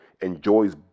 enjoys